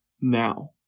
now